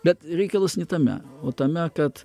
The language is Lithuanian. bet reikalas ni tame o tame kad